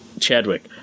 Chadwick